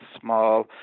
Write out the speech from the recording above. small